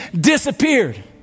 disappeared